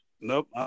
Nope